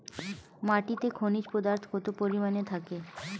মাটিতে খনিজ পদার্থ কত পরিমাণে থাকে?